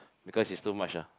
because is too much ah